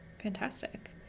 Fantastic